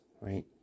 right